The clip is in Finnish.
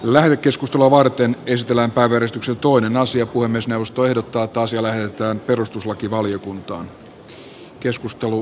lähetekeskustelua varten ystävänpäiväristuksen toinen asia kuin myös puhemiesneuvosto ehdottaa että asia lähetetään perustuslakivaliokuntaan